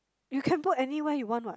you can put anywhere you want [what]